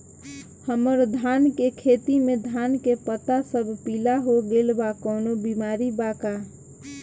हमर धान के खेती में धान के पता सब पीला हो गेल बा कवनों बिमारी बा का?